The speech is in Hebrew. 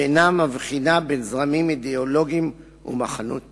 ואינה מבחינה בין זרמים אידיאולוגיים ומחנות פוליטיים.